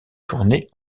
tourné